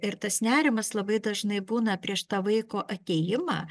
ir tas nerimas labai dažnai būna prieš tą vaiko atėjimą